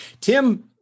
Tim